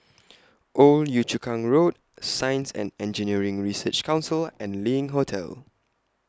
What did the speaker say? Old Yio Chu Kang Road Science and Engineering Research Council and LINK Hotel